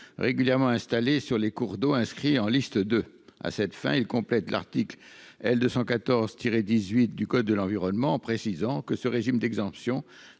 régulièrement installés sur les cours d'eau inscrits en liste de à cette fin, il complète l'article L 214 tiré 18 du code de l'environnement, en précisant que ce régime d'exemption